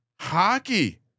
hockey